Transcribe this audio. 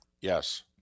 Yes